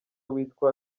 witwa